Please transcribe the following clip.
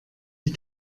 die